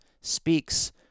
speaks